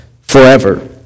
forever